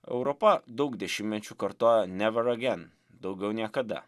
europa daug dešimtmečių kartojo never agen daugiau niekada